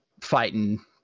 fighting